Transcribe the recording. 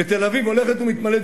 ותל-אביב הולכת ומתמלאת,